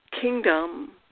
kingdom